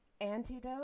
antidote